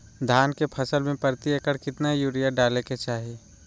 धान के फसल में प्रति एकड़ कितना यूरिया डाले के चाहि?